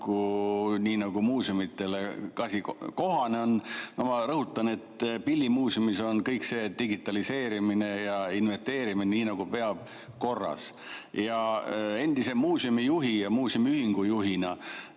nii, nagu muuseumile kohane on. Ma rõhutan, et Pillimuuseumis on kõik see digitaliseerimine ja inventeerimine nii nagu peab, see on korras. Endise muuseumijuhi ja muuseumiühingu juhina